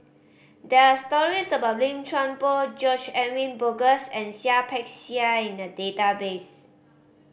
there are stories about Lim Chuan Poh George Edwin Bogaars and Seah Peck Seah in the database